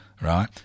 right